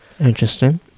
Interesting